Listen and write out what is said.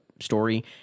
story